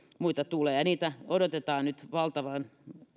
muita tulee niitä odotetaan nyt valtavalla